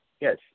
Yes